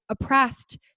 oppressed